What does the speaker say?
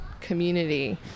community